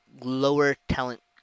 lower-talent